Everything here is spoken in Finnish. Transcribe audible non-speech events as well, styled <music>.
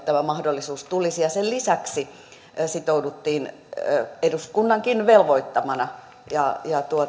<unintelligible> tämä mahdollisuus tulisi ja sen lisäksi sitouduttiin eduskunnankin velvoittamana ja